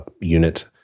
unit